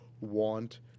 want –